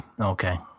Okay